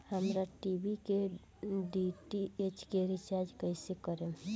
हमार टी.वी के डी.टी.एच के रीचार्ज कईसे करेम?